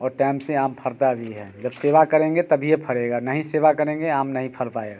और टैम से आम फरता भी है जब सेवा करेंगे तभी फरेगा नहीं सेवा करेंगे आम नहीं फर पाएगा